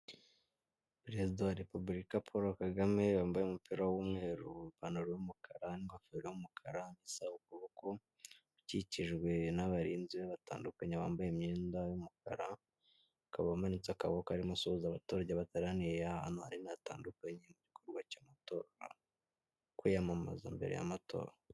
Perezida wa Repubulika Paul Kagame yambaye umupira w'umweru, ipantaro n' ingofero y'umukara azamuye ukuboko, ukikijwe n'abarinzi be batandukanye bambaye imyenda y'umukara, akaba amanitse akaboko arimo asuhuza abaturage bateraniye ahantu hanini hatandukanye mu gikorwa cy'amatora mu kwiyamamaza mbere y'amatora.